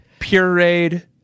pureed